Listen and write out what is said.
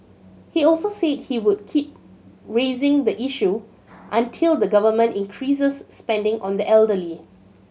he also said he would keep raising the issue until the Government increased spending on the elderly